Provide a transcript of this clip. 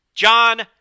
John